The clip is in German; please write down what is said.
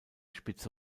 spitze